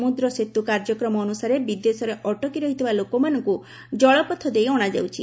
ସମୁଦ୍ର ସେତୁ କାର୍ଯ୍ୟକ୍ରମ ଅନୁସାରେ ବିଦେଶରେ ଅଟକି ରହିଥିବା ଲୋକମାନଙ୍କୁ ଜଳପଥ ଦେଇ ଅଣାଯାଉଛି